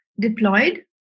deployed